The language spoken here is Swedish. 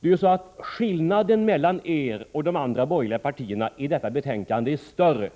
Det är ju så att skillnaden mellan moderata samlingspartiet och de andra borgerliga partierna i detta betänkande är större än